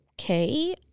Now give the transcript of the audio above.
Okay